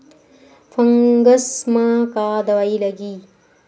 Fungus म का दवाई लगी?